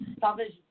talvez